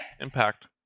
impact